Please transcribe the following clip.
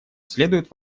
следует